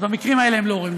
אז במקרים האלה הם לא רואים.